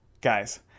Guys